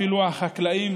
אפילו החקלאים